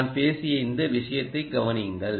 நான் பேசிய இந்த விஷயத்தை கவனியுங்கள்